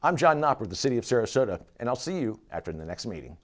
i'm john up with the city of sarasota and i'll see you after the next meeting